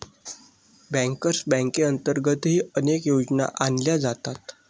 bankers बँकेअंतर्गतही अनेक योजना आणल्या जातात